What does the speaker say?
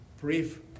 brief